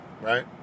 right